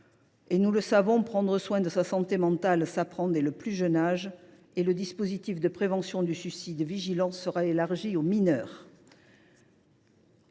Nous le savons, prendre soin de sa santé mentale s’apprend dès le plus jeune âge : le dispositif de prévention du suicide VigilanS sera élargi aux mineurs.